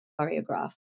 choreograph